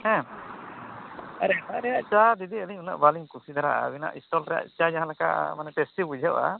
ᱦᱮᱸ ᱟᱨ ᱮᱴᱟᱜ ᱨᱮᱭᱟᱜ ᱪᱟ ᱫᱤᱫᱤ ᱟᱹᱞᱤᱧ ᱩᱱᱟᱹᱜ ᱵᱟᱹᱞᱤᱧ ᱠᱩᱥᱤ ᱫᱷᱟᱨᱟ ᱟᱜᱼᱟ ᱟᱹᱵᱤᱱ ᱥᱴᱚᱠ ᱨᱮᱭᱟᱜ ᱪᱟ ᱡᱟᱦᱟᱸ ᱞᱮᱠᱟ ᱢᱟᱱᱮ ᱴᱮᱴᱴᱤ ᱵᱩᱡᱷᱟᱹᱜᱼᱟ